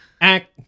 Act